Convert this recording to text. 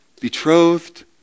Betrothed